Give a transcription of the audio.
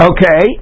Okay